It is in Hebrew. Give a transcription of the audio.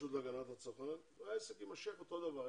והרשות להגנת הצרכן, העסק יימשך ויהיה אותו הדבר.